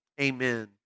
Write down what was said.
amen